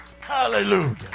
Hallelujah